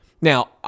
Now